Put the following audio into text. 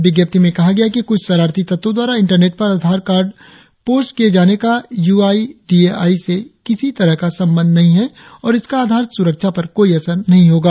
विज्ञप्ति में कहा गया है कि कुछ शरारती तत्वों द्वारा इंटरनेट पर आधार कार्ड पोस्ट किए जाने का U I D A I से किसी तरह का संबंध नहीं है और इसका आधार सुरक्षा पर कोई असर नहीं होगा